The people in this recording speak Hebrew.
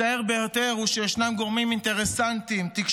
מצער ביותר הוא שישנם גורמים אינטרסנטיים מתוכנו,